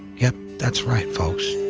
yep that's right folks,